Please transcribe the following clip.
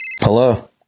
hello